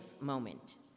moment